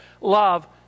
love